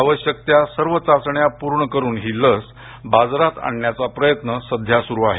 आवश्यक त्या सर्व चाचण्या पूर्ण करून ही लस बाजारात आणायचा प्रयत्न सध्या सुरु आहे